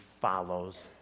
follows